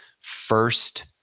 first